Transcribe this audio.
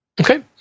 Okay